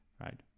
Right